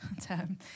term